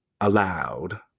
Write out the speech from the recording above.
Allowed